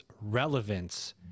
relevance